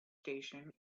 station